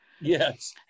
Yes